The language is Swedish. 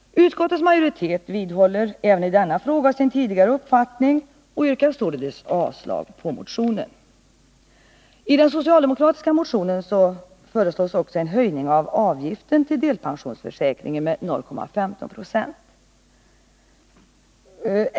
Utskottets majoritet vidhåller även i denna fråga sin tidigare uppfattning och yrkar således avslag på motionen. I den socialdemokratiska motionen föreslås också en höjning av avgiften till delpensionsförsäkringen med 0,15 26.